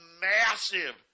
massive